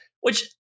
which-